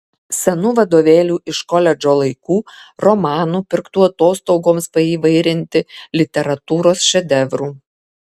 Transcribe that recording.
senų vadovėlių iš koledžo laikų romanų pirktų atostogoms paįvairinti literatūros šedevrų